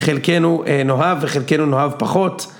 חלקנו נאהב וחלקנו נאהב פחות.